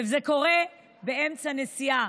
וזה קורה באמצע נסיעה.